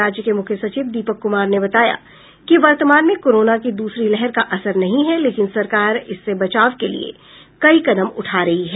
राज्य के मुख्य सचिव दीपक कुमार ने बताया कि वर्तमान में कोरोना की दूसरी लहर का असर नहीं है लेकिन सरकार इससे बचाव के लिए कई कदम उठा रही है